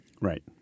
Right